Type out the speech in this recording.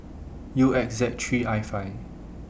U X Z three I five